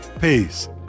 Peace